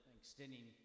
extending